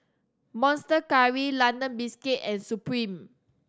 Monster Curry London Biscuits and Supreme